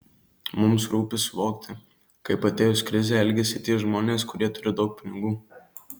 mums rūpi suvokti kaip atėjus krizei elgiasi tie žmonės kurie turi daug pinigų